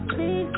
Please